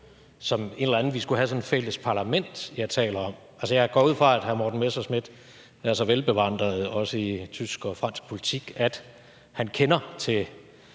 som et eller andet fælles parlament, vi skulle have, jeg taler om. Altså, jeg går ud fra, at hr. Morten Messerschmidt er så velbevandret også i tysk og fransk politik, at han kender til